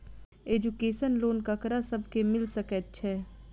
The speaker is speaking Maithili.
एजुकेशन लोन ककरा सब केँ मिल सकैत छै?